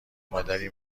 مادری